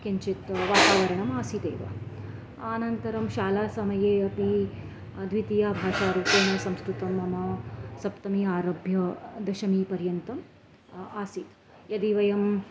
किञ्चित् वातावरणम् आसीदेव अनन्तरं शालासमये अपि द्वितीया भाषा रूपेण संस्कृतं मम सप्तमी आरभ्य दशमीपर्यन्तम् आसीत् यदि वयम्